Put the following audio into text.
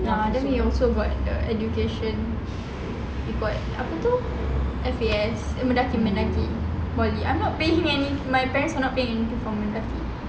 ah then they also got the education they got apa itu F_A_S eh Mendaki Mendaki poly I'm not paying any my parent's are not paying anything from Mendaki